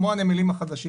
כמו הנמלים החדשים